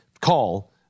Call